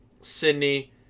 Sydney